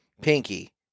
Pinky